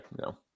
No